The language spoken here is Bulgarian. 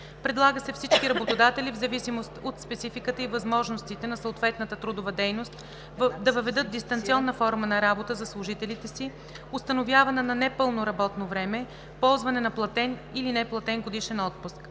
Предлага се всички работодатели в зависимост от спецификата и възможностите на съответната трудова дейност да въведат дистанционна форма на работа за служителите си, установяване на непълно работно време, ползване на платен или неплатен годишен отпуск.